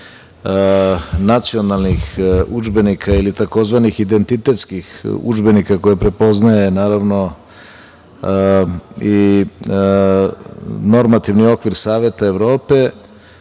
nacionalnih udžbenika ili tzv. identitetskih udžbenika koje prepoznaje i normativni okvir Saveta Evrope,